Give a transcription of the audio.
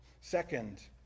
Second